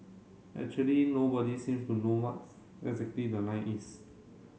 actually nobody seems to know what's exactly the line is